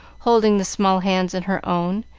holding the small hands in her own,